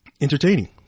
entertaining